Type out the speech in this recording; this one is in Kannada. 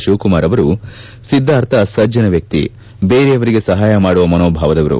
ತಿವಕುಮಾರ್ ಅವರು ಸಿದ್ದಾರ್ಥ ಸಜ್ಜನ ವ್ಯಕ್ತಿ ದೇರೆಯವರಿಗೆ ಸಹಾ ಯ ಮಾಡುವ ಮನೋಭಾದವರು